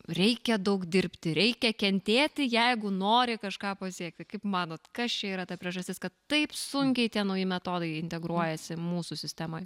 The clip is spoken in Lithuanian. reikia daug dirbti reikia kentėti jeigu nori kažką pasiekti kaip manot kas čia yra ta priežastis kad taip sunkiai tie nauji metodai integruojasi mūsų sistemoj